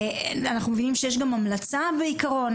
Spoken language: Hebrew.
אנחנו מבינים שיש גם המלצה בעקרון.